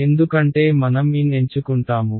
ఎందుకంటే మనం n ఎంచుకుంటాము